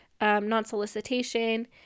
non-solicitation